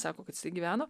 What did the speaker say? sako kad jisai gyveno